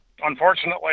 unfortunately